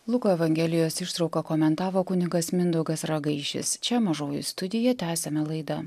luko evangelijos ištrauką komentavo kunigas mindaugas ragaišis čia mažoji studija tęsiame laidą